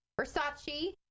Versace